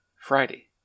Friday